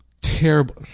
terrible